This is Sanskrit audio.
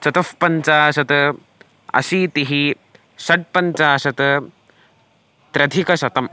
चतुपञ्चाशत् अशीतिः षट्पञ्चाशत् त्र्यधिकशतम्